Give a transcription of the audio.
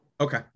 Okay